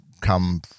come